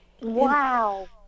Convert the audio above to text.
Wow